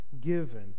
given